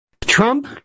Trump